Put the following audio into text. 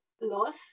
loss